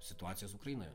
situacijos ukrainoje